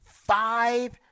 Five